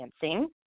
dancing